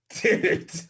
Dude